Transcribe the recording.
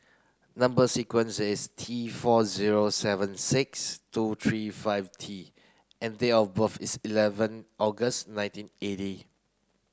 number sequence is T four zero seven six two three five T and date of birth is eleven August nineteen eighty